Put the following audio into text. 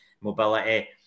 mobility